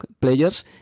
players